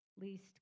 least